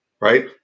right